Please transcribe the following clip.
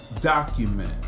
Document